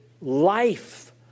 life